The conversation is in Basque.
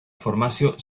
formazio